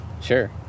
Sure